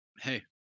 hey